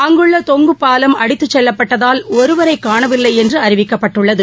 அங்குள்ள தொங்குபாலம் அடித்துச் செல்வப்பட்டதால் ஒருவரை காணவில்லை என்று அறிவிக்கப்பட்டுள்ளது